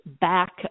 back